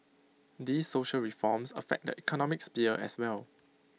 these social reforms affect the economic sphere as well